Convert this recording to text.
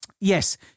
yes